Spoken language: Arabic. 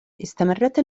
استمرت